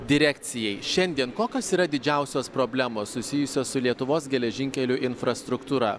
direkcijai šiandien kokios yra didžiausios problemos susijusios su lietuvos geležinkelių infrastruktūra